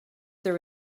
there